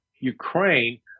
Ukraine